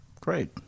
Great